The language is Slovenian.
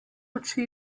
oči